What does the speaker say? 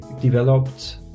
developed